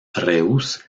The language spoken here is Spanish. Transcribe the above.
reus